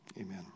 amen